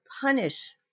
punish